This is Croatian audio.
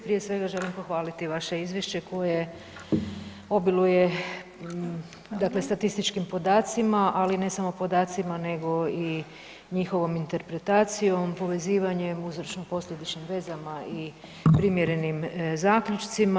Prije svega želim pohvaliti vaše izvješće koje obiluje statističkim podacima, ali ne samo podacima nego i njihovom interpretacijom, povezivanjem uzročno posljedičnim vezama i primjerenim zaključcima.